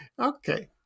okay